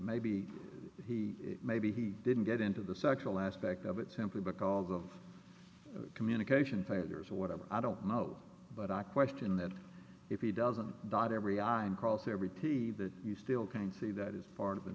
maybe he maybe he didn't get into the sexual aspect of it simply because of communication players or whatever i don't know but i question that if he doesn't dot every i and cross every t you still can see that is part of the